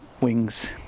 Wings